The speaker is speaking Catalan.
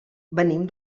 venim